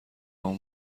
اون